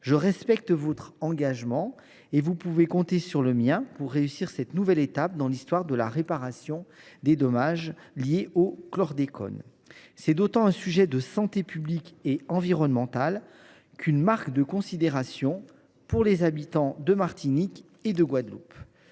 je respecte votre engagement et vous pouvez compter sur le mien pour réussir cette nouvelle étape dans l’histoire de la réparation des dommages liés au chlordécone. Il s’agit autant d’un sujet de santé publique et environnementale que d’une marque de considération pour les habitants de Martinique et de Guadeloupe.